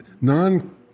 non